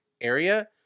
area